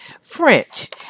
French